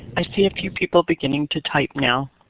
i see a few people beginning to type now.